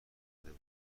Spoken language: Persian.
بود